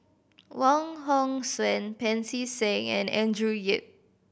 Wong Hong Suen Pancy Seng and Andrew Yip